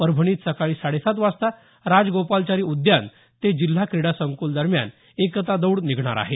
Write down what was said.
परभणीत सकाळी साडेसात वाजता राजगोपालाचारी उद्यान ते जिल्हा क्रीडा संकुल दरम्यान एकता दौड निघणार आहे